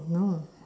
no